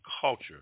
culture